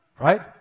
Right